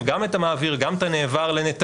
גם את המעביר גם את הנאמר לנטלים,